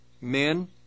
men